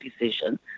decision